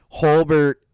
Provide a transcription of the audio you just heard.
Holbert